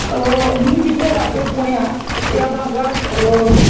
मी जिथे राहते पुण्यात त्या भागात